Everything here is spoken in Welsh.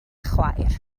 chwaer